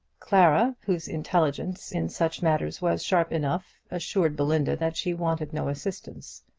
clara, whose intelligence in such matters was sharp enough, assured belinda that she wanted no assistance.